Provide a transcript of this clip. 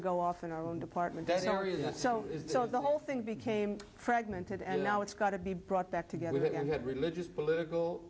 to go off in our own department that's already there so it's not the whole thing became fragmented and now it's got to be brought back together and had religious political